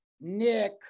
Nick